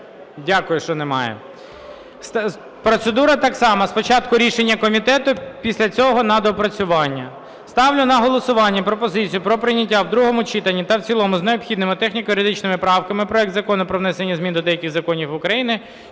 Дякую, що немає. Процедура так само, спочатку рішення комітету, після цього на доопрацювання. Ставлю на голосування пропозицію про прийняття в другому читанні та в цілому з необхідними техніко-юридичними правками проект Закону про внесення змін до деяких законів України